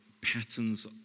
patterns